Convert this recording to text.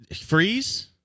freeze